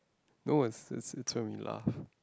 no it's it's it's when we laugh